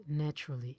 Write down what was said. naturally